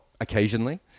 occasionally